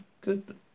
Good